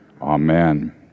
Amen